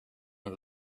had